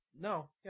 No